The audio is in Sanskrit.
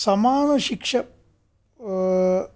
समानशिक्ष